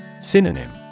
Synonym